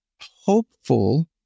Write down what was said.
hopeful